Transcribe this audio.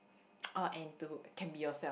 oh and to can be yourself